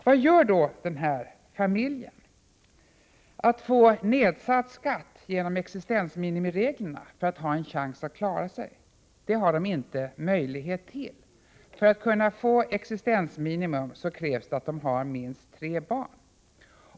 Vad gör då denna familj? Att få nedsatt skatt genom existensminimireglerna för att ha en chans att klara sig har de inte möjlighet till. För det krävs minst tre barn.